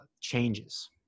changes